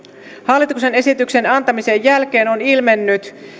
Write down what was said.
hallituksen esityksen antamisen jälkeen on ilmennyt